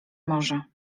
może